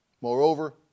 Moreover